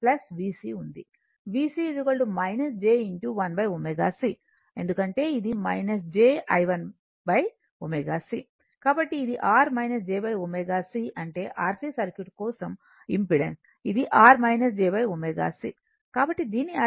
VC j 1 ω c ఎందుకంటే ఇది j I 1 ω c కాబట్టి ఇది R j ω c అంటే RC సర్క్యూట్ కోసం ఇంపెడెన్స్ ఇది R jω c కాబట్టి దీని అర్థం ఇది I Z అవుతుంది